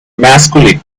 masculine